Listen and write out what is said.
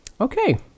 Okay